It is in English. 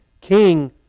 King